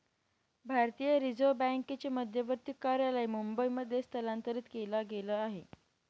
भारतीय रिझर्व बँकेचे मध्यवर्ती कार्यालय मुंबई मध्ये स्थलांतरित केला गेल आहे